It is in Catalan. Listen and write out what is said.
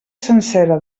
sencera